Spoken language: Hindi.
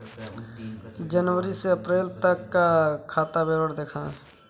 जनवरी से अप्रैल तक का खाता विवरण दिखाए?